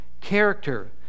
character